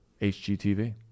HGTV